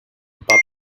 public